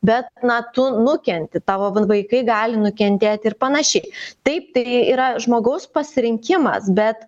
bet na tu nukenti tavo vaikai gali nukentėti ir panašiai taip tai yra žmogaus pasirinkimas bet